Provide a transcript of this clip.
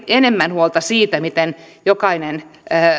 enemmän huolta siitä miten jokainen